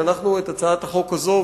שאנחנו את הצעת החוק הזו,